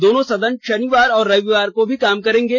दोनों सदन शनिवार और रविवार को भी काम करेंगे